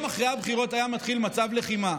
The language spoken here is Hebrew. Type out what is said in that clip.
אחרי הבחירות היה מתחיל מצב לחימה,